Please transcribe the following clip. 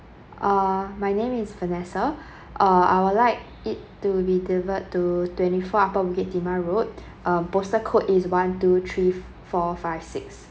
uh my name is vanessa uh I would like it to be delivered to twenty four upper bukit timah road uh postal code is one two three four five six